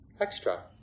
extra